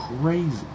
crazy